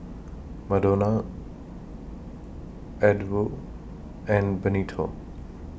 Modena Edw and Benito